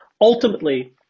ultimately